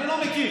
אני לא מכיר.